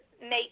make